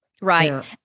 Right